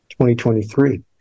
2023